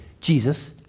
Jesus